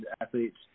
athletes